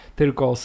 tylko